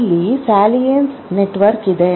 ಇಲ್ಲಿ salience network ಇದೆ